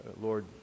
Lord